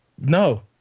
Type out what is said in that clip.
No